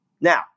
Now